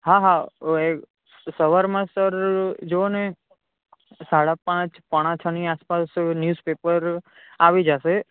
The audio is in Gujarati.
હા હા સવારમાં સર જોવોને સાડા પાંચ પોણા છની આસપાસ ન્યુઝપેપર આવી જાશે